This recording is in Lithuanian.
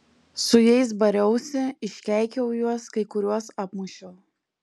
su jais bariausi iškeikiau juos kai kuriuos apmušiau